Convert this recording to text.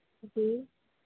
जी